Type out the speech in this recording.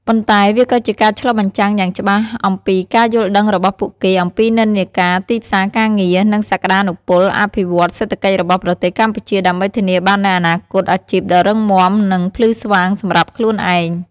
ប៉ុន្តែវាក៏ជាការឆ្លុះបញ្ចាំងយ៉ាងច្បាស់អំពីការយល់ដឹងរបស់ពួកគេអំពីនិន្នាការទីផ្សារការងារ និងសក្តានុពលអភិវឌ្ឍន៍សេដ្ឋកិច្ចរបស់ប្រទេសកម្ពុជា ដើម្បីធានាបាននូវអនាគតអាជីពដ៏រឹងមាំ និងភ្លឺស្វាងសម្រាប់ខ្លួនឯង។